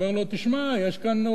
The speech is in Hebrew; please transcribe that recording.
יש כאן הוראה של שר,